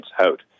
out